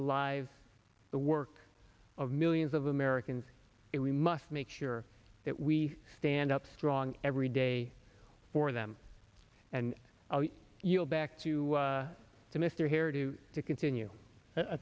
to live the work of millions of americans if we must make sure that we stand up strong every day for them and you know back to to mr hairdo to continue i